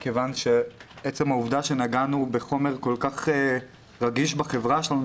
מכיוון שעצם העובדה שנגענו בחומר כל כך רגיש בחברה שלנו,